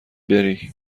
بری